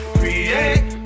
create